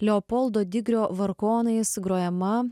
leopoldo digrio vargonais grojama